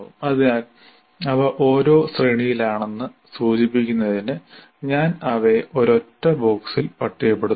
അതിനാൽ അവ ഒരേ ശ്രേണിയിലാണെന്ന് സൂചിപ്പിക്കുന്നതിന് ഞാൻ അവയെ ഒരൊറ്റ ബോക്സിൽ പട്ടികപ്പെടുത്തുന്നു